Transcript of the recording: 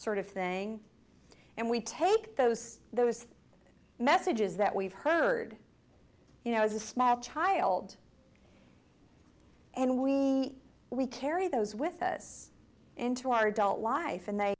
sort of thing and we take those those messages that we've heard you know as a small child and we we carry those with us into our adult life and they